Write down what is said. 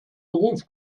beruf